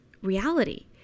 Reality